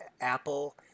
Apple